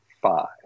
five